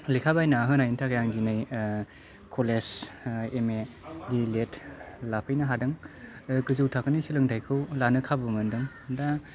लेखा बायना होनायनि थाखाय आं दिनै कलेज एमए डिएलएड लाफैनो हादों गोजौ थाखोनि सोलोंथाइखौ लानो खाबु मोनदों दा